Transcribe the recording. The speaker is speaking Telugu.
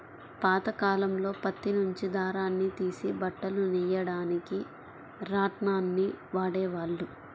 పాతకాలంలో పత్తి నుంచి దారాన్ని తీసి బట్టలు నెయ్యడానికి రాట్నాన్ని వాడేవాళ్ళు